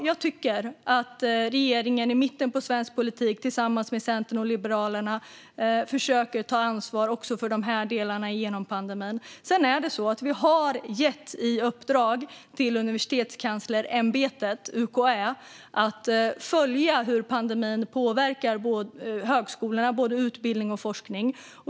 Jag tycker alltså att regeringen i mitten av svensk politik, tillsammans med Centerpartiet och Liberalerna, försöker att ta ansvar också för de här delarna genom pandemin. Vi har även gett i uppdrag till Universitetskanslersämbetet, UKÄ, att följa hur pandemin påverkar högskolorna, både utbildning och forskning.